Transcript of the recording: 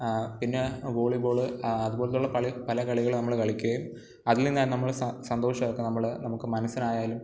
പിന്നെ volleyball അതു പോലെയുള്ള കളി പല കളികൾ നമ്മൾ കളിക്കുകയും അതിൽ നിന്നു തന്നെ നമ്മൾ സന്തോഷമൊക്കെ നമ്മൾ നമുക്ക് മനസ്സിനായാലും